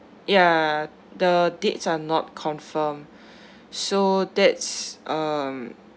ya the dates are not confirm so that's um